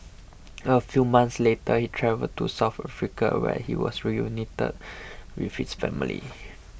a few months later he travelled to South Africa where he was reunited with his family